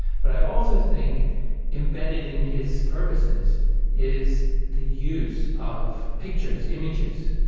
but i also think embedded in his purposes is the use of pictures, images.